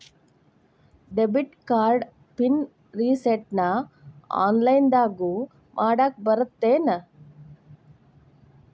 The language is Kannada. ಡೆಬಿಟ್ ಕಾರ್ಡ್ ಪಿನ್ ರಿಸೆಟ್ನ ಆನ್ಲೈನ್ದಗೂ ಮಾಡಾಕ ಬರತ್ತೇನ್